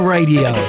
Radio